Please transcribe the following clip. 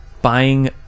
buying